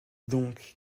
donc